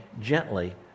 gently